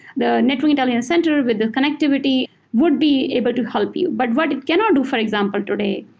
the network intelligence center with the connectivity would be able to help you. but what it cannot do, for example, today,